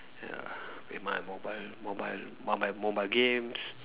ya play my mobile mobile mobile mobile games